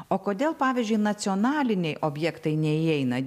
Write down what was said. o kodėl pavyzdžiui nacionaliniai objektai neįeina